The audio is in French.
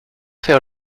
faire